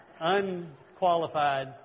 unqualified